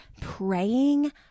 praying